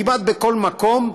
כמעט בכל מקום,